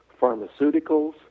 pharmaceuticals